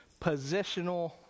positional